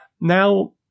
Now